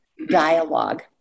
dialogue